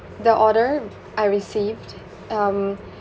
the order I received um